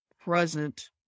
present